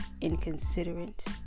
inconsiderate